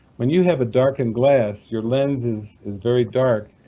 when you have a darkened glass, your lens is is very dark,